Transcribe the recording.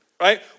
right